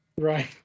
right